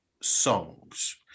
songs